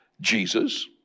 Jesus